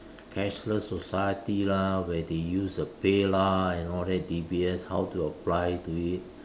cashless society lah where they use the Pay Lah and all that D_B_S how to apply to it